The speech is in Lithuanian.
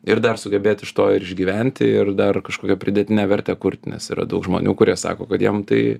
ir dar sugebėt iš to ir išgyventi ir dar kažkokią pridėtinę vertę kurti nes yra daug žmonių kurie sako kad jiem tai